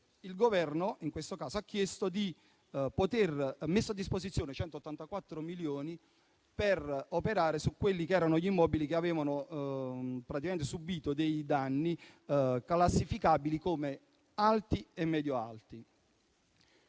il Governo ha messo a disposizione 184 milioni per operare sugli immobili che avevano subito dei danni classificabili come alti e medio alti.